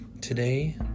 Today